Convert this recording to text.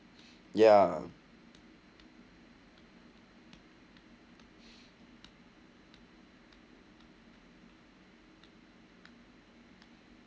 ya